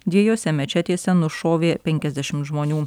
dviejose mečetėse nušovė penkiasdešimt žmonių